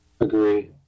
Agree